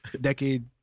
decade